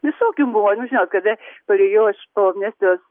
visokių buvo nu žinot kada parėjau aš po amnestijos